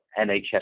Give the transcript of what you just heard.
NHS